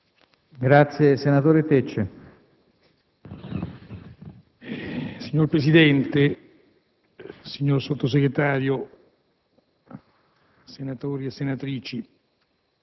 Signor Presidente, signor Sottosegretario, senatrici e senatori,